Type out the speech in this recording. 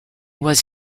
was